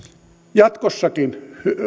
jatkossakin